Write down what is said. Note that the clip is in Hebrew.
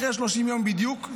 אחרי 30 יום בדיוק,